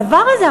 הדבר הזה,